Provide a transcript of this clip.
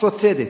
לעשות צדק,